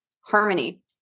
harmony